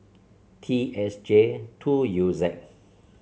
T S J two U Z